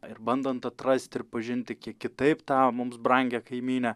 ir bandant atrast ir pažint kiek kitaip tą mums brangią kaimynę